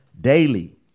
daily